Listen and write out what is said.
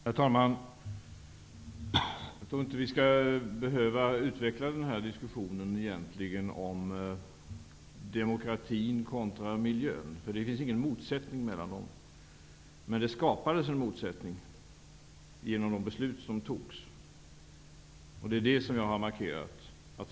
Herr talman! Jag tror inte att vi behöver utveckla diskussionen om demokratin kontra miljön. Det finns ingen motsättning mellan dem. Men det skapades en motsättning genom de beslut som man fattade. Detta har jag markerat.